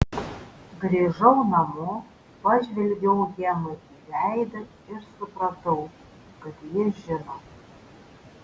grįžau namo pažvelgiau hemai į veidą ir supratau kad ji žino